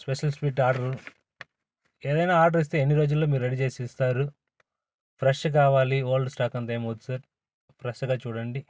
special sweet order ఏదైనా order ఇస్తే ఎన్ని రోజుల్లో మీరు రెడీ చేసి ఇస్తారు ఫ్రెష్ కావాలి ఓల్డ్ స్టాక్ అంతా ఏమి వద్దు సార్ ఫ్రెష్గా చూడండి